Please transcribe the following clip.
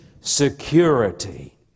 security